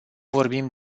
vorbim